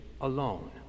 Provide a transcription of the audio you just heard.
alone